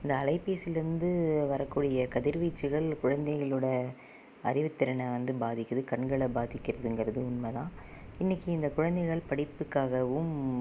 இந்த அலைபேசிலிருந்து வரக்கூடிய கதிர்வீச்சுகள் குழந்தைகளோடய அறிவுத்திறனை வந்து பாதிக்கிறது கண்களை பாதிக்கிறதுங்கிறது உண்மை தான் இன்றைக்கி இந்த குழந்தைகள் படிப்புக்காகவும்